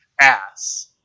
ass